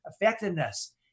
effectiveness